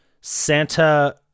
Santa